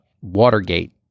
Watergate